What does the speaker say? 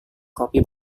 kopi